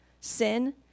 sin